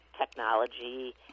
technology